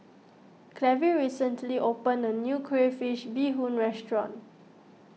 Clevie recently opened a new Crayfish BeeHoon restaurant